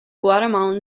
guatemalan